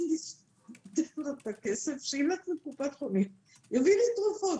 אני נותנת לו את הכסף שילך לקופת החולים ויביא לי תרופות